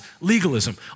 legalism